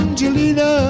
Angelina